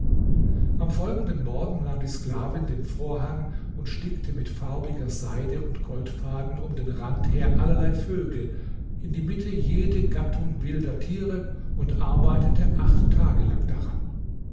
am folgenden morgen nahm die sklavin den vorhang und stickte mit farbiger seide und goldfaden um den rand her allerlei vögel in die mitte jede gattung wilder tiere und arbeitete acht tage lang daran